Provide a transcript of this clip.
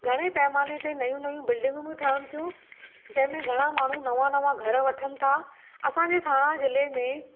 घणे पैमाने ते नयूं नयूं बिल्डिंगयूं बि ठहनि थियूं जेमे घणा माण्हूं नवा नवा घरु वठनि था असांजे ठाणा जिले में